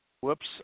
Whoops